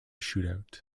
shootout